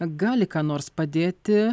gali ką nors padėti